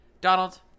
Donald